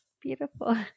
beautiful